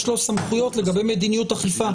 יש לו סמכויות לגבי מדיניות אכיפה.